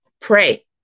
pray